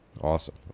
Awesome